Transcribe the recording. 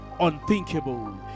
unthinkable